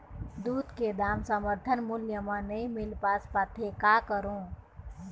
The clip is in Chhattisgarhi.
दूध के दाम समर्थन मूल्य म नई मील पास पाथे, का करों?